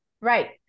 Right